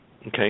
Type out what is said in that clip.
Okay